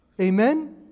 Amen